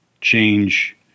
change